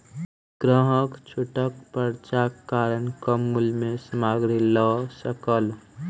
ग्राहक छूटक पर्चाक कारण कम मूल्य में सामग्री लअ सकल